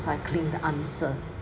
recycling the answer